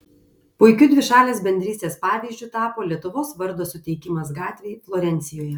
puikiu dvišalės bendrystės pavyzdžiu tapo lietuvos vardo suteikimas gatvei florencijoje